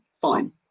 fine